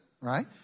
right